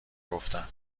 گفتم